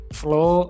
flow